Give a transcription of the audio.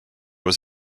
was